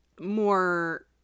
more